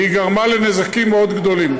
והיא גרמה לנזקים מאוד גדולים.